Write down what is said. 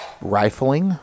rifling